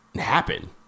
happen